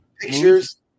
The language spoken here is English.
Pictures